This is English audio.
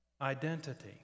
identity